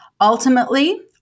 Ultimately